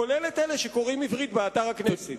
לרבות אלה שקוראים עברית באתר הכנסת.